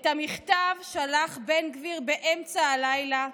את המכתב שלח בן גביר באמצע הלילה,